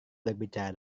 berbicara